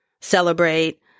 celebrate